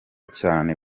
cyane